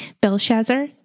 Belshazzar